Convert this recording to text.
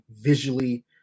visually